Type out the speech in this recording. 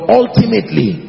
ultimately